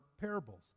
parables